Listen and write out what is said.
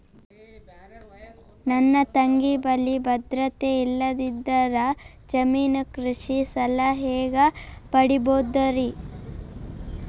ನನ್ನ ತಂಗಿ ಬಲ್ಲಿ ಭದ್ರತೆ ಇಲ್ಲದಿದ್ದರ, ಜಾಮೀನು ಕೃಷಿ ಸಾಲ ಹೆಂಗ ಪಡಿಬೋದರಿ?